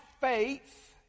faith